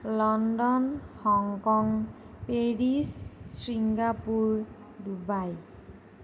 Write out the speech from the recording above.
London Hong Kong Paris Singapore Dubai